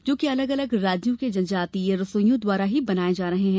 जो कि अलग अलग राज्यों के जनजातीय रसोईयों द्वारा ही बनाये जा रहे हैं